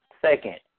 second